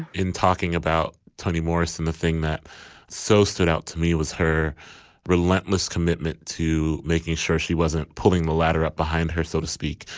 in talking about toni morrison the thing that so stood out to me was her relentless commitment to making sure she wasn't pulling the ladder up behind her so to speak.